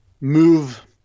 move